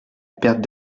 perte